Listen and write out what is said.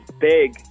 big